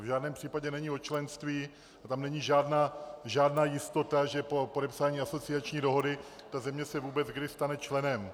To v žádném případě není o členství a tam není žádná jistota, že po podepsání asociační dohody ta země se vůbec kdy stane členem.